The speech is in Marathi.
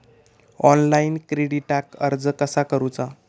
ऑनलाइन क्रेडिटाक अर्ज कसा करुचा?